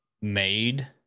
made